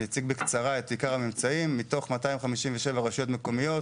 מתוך 257 רשויות מקומיות,